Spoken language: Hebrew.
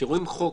כשרואים חוק,